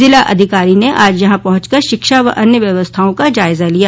जिलाधिकारी ने आज यहां पहंकर शिक्षा व अन्य व्यवस्थाओं का जायजा लिया